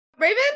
Raven